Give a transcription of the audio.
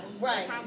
Right